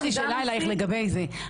יש לי שאלה אלייך לגבי זה.